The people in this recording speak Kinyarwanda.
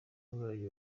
umwanya